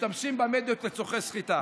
משתמשים במדיות לצורכי סחיטה.